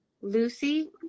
lucy